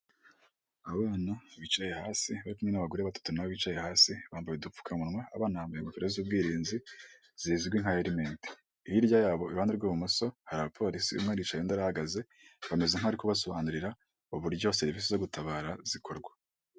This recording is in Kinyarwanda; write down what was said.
Umuhanda ukoze neza hagati harimo umurongo w'umweru wihese, umuntu uri ku kinyabiziga cy'ikinyamitende n'undi uhagaze mu kayira k'abanyamaguru mu mpande zawo hari amazu ahakikije n'ibyuma birebire biriho insinga z'amashanyarazi nyinshi.